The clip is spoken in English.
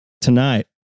tonight